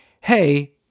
hey